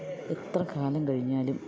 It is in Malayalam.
എത്ര കാലം കഴിഞ്ഞാലും